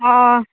ᱚᱸ